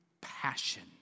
passion